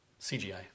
CGI